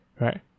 right